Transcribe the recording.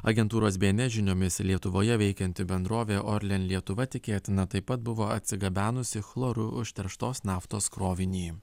agentūros bns žiniomis lietuvoje veikianti bendrovė orlen lietuva tikėtina taip pat buvo atsigabenusi chloru užterštos naftos krovinį